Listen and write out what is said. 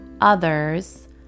others